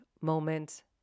moment